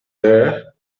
there